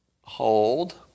hold